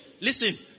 listen